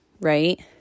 right